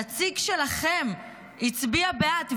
הנציג שלכם הצביע בעד.